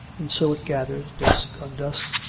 and so it gathers, dusk on dusk,